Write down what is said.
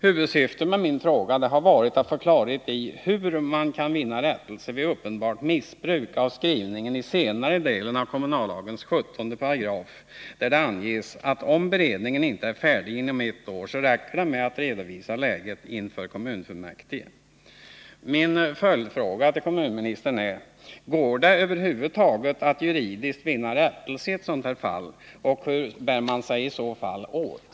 Huvudsyftet med min fråga har varit att få klarhet i hur man kan vinna rättelse vid uppenbart missbruk av skrivningen i den senare delen av 17 § i 2 kap. kommunallagen, där det anges att om beredningen inte är färdig inom ett år så räcker det med att redovisa läget inför kommunfullmäktige. Min följdfråga till kommunministern är: Går det över huvud taget att juridiskt vinna rättelse i ett sådant här fall, och hur bär man sig då åt?